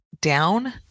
down